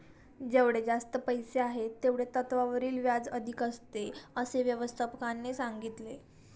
जेवढे जास्त पैसे आहेत, तेवढे त्यावरील व्याज अधिक असते, असे व्यवस्थापकाने सांगितले